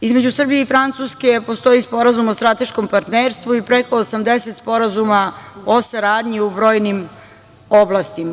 Između Srbije i Francuske postoji Sporazum o strateškom partnerstvu i preko 80 sporazuma o saradnji u brojnim oblastima.